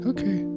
Okay